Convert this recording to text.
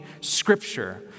scripture